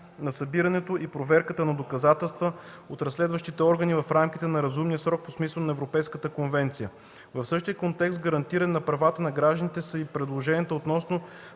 на събирането и проверката на доказателствата от разследващите органи в рамките на разумния срок по смисъла на Европейската конвенция; - в същия контекст, гарантиране на правата на гражданите, са и предложенията относно